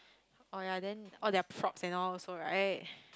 orh ya then orh their props and all also right